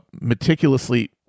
meticulously